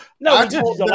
No